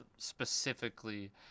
specifically